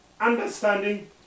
understanding